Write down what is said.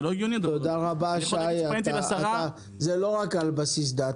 זה לא רק על בסיס דת,